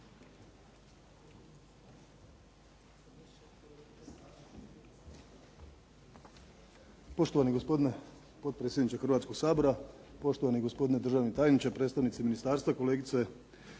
Poštovani gospodine potpredsjedniče Hrvatskoga sabora, poštovani gospodine državni tajniče, predstavnici ministarstva, kolegice